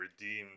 redeemed